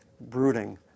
brooding